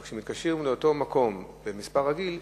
אבל כשמתקשרים לאותו מקום במספר רגיל,